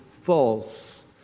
false